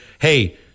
hey